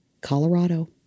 Colorado